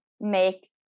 make